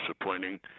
disappointing